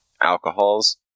alcohols